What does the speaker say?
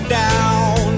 down